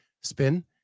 Spin